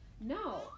no